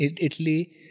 Italy